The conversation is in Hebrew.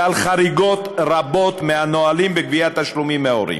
ועל חריגות רבות מהנהלים בגביית תשלומים מההורים.